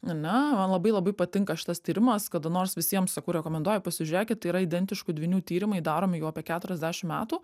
ar ne man labai labai patinka šitas tyrimas kada nors visiems sakau rekomenduoju pasižiūrėkit yra identiškų dvynių tyrimai daromi jau apie keturiasdešim metų